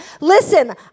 listen